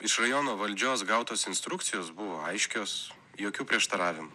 iš rajono valdžios gautos instrukcijos buvo aiškios jokių prieštaravimų